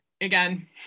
again